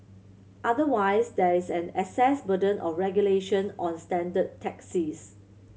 otherwise there is an access burden of regulation on standard taxis